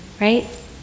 right